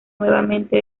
nuevamente